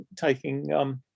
taking